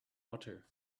water